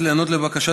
החוקה,